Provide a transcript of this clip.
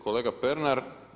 Kolega Pernar.